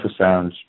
ultrasound